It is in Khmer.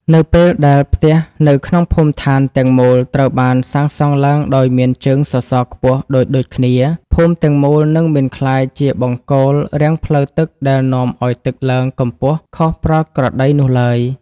នៅពេលដែលផ្ទះនៅក្នុងភូមិឋានទាំងមូលត្រូវបានសាងសង់ឡើងដោយមានជើងសសរខ្ពស់ដូចៗគ្នា ភូមិទាំងមូលនឹងមិនក្លាយជាបង្គោលរាំងផ្លូវទឹកដែលនាំឱ្យទឹកឡើងកម្ពស់ខុសប្រក្រតីនោះឡើយ។